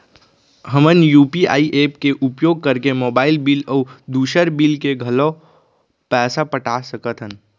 हमन UPI app के उपयोग करके मोबाइल बिल अऊ दुसर बिल के घलो पैसा पटा सकत हन